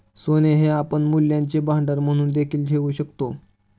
सोने हे आपण मूल्यांचे भांडार म्हणून देखील ठेवू शकतो